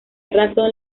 razón